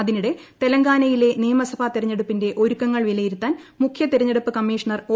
അതിനിടെ തെലങ്കാനയിലെ നിയമസഭ തിരഞ്ഞെടുപ്പിന്റെ ഒരുക്കങ്ങൾ വിലയിരുത്താൻ മുഖ്യ തിരഞ്ഞെടുപ്പ് കമ്മീഷണർ ഒ